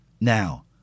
Now